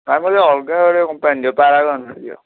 ଅଲଗା ଗୋଟେ କମ୍ପାନୀ ଦିଅ ପାରାଗନ୍ ଦିଅ